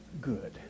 good